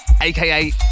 aka